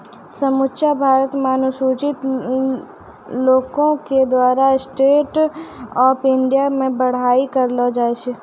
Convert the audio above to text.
समुच्चा भारत के अनुसूचित लोको के द्वारा स्टैंड अप इंडिया के बड़ाई करलो जाय छै